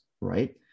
right